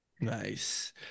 Nice